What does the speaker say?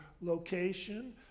location